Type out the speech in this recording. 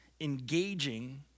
engaging